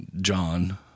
John